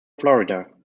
florida